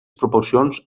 proporcions